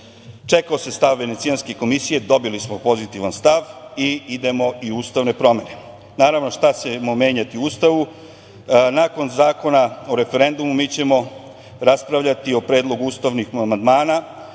Čekao se stav Venecijanske komisije, dobili smo pozitivan stav i idemo i ustavne promene. Naravno, šta ćemo menjati u Ustavu. Nakon Zakona o referendumu mi ćemo raspravljati o predlogu ustavnih amandmana.